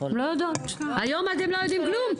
הן לא יודעות, היום אתן לא יודעים כלום.